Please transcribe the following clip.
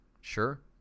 Sure